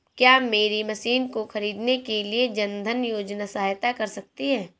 क्या मेरी मशीन को ख़रीदने के लिए जन धन योजना सहायता कर सकती है?